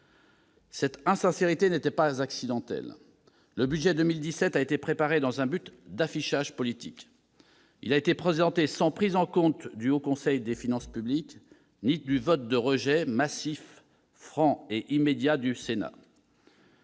Cette insincérité n'était pas accidentelle. Le budget pour 2017 a été préparé dans un but d'affichage politique. Il a été présenté sans que l'avis du Haut Conseil des finances publiques non plus que le rejet massif, franc et immédiat du Sénat